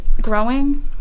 growing